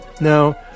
Now